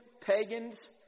pagans